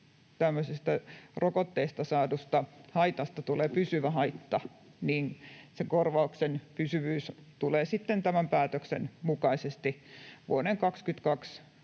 rokotteesta saadusta haitasta tulee pysyvä haitta, niin se korvauksen pysyvyys tulee tämän päätöksen mukaisesti vuoden 22